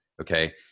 okay